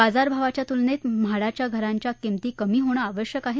बाजारभावाच्या तुलनेत म्हाडाच्या घरांच्या किंमती कमी होणं आवश्यक आहे